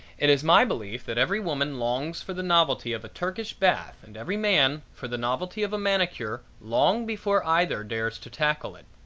it is my belief that every woman longs for the novelty of a turkish bath and every man for the novelty of a manicure long before either dares to tackle it.